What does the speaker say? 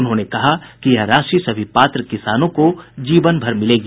उन्होंने कहा कि यह राशि सभी पात्र किसानों को जीवन भर मिलेगी